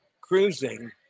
cruising